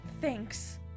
Thanks